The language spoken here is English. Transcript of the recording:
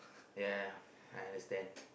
ya I understand